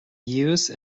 use